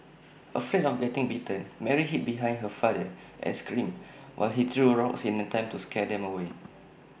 afraid of getting bitten Mary hid behind her father as screamed while he threw rocks in an attempt to scare them away